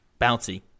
Bouncy